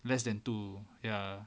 less than two ya